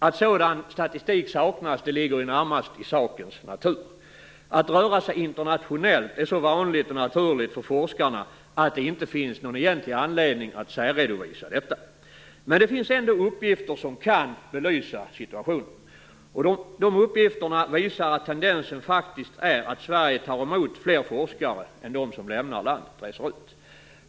Att sådan statistik saknas ligger närmast i sakens natur. Att röra sig internationellt är så vanligt och naturligt för forskarna att det inte finns någon egentlig anledning att särredovisa detta. Men det finns ändå vissa uppgifter som kan belysa situationen. Dessa uppgifter visar att tendensen faktiskt är att Sverige tar emot fler forskare än som lämnar landet.